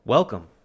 Welcome